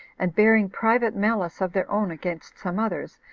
and bearing private malice of their own against some others,